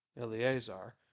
eleazar